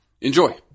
Enjoy